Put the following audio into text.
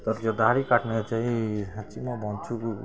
तर त्यो दाह्री काट्ने चै साँच्ची नै भन्छु